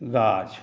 गाछ